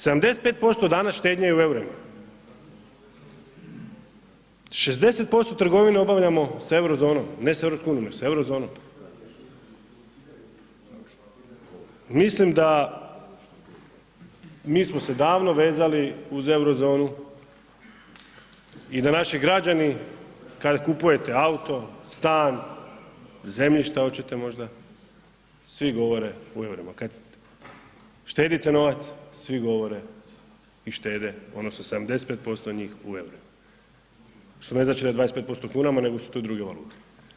75% danas štednje u EUR-ima, 60% trgovine obavljamo sa Eurozonom, ne sa EU, nego sa Eurozonom, mislim da mi smo se davno vezali uz Eurozonu i da naši građani kad kupujete auto, stan, zemljišta oćete možda, svi govore u EUR-ima, kad štedite novac, svi govore i štede odnosno 75% njih u EUR-ima, što ne znači da je 25% u kunama, nego su to druge valute.